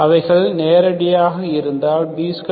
அவைகள் நெகடிவாக இருந்தால் B2 4AC0